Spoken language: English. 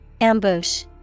Ambush